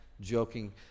joking